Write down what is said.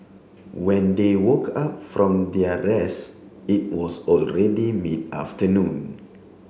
when they woke up from their rest it was already mid afternoon